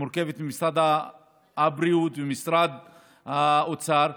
שמורכבת ממשרד הבריאות ומשרד האוצר,